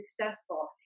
successful